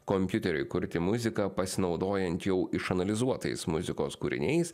kompiuteriui kurti muziką pasinaudojant jau išanalizuotais muzikos kūriniais